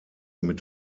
mit